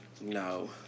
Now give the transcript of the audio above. No